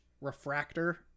refractor